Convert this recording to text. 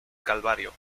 calvario